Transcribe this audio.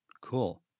Cool